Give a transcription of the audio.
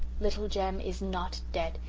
little jem is not dead,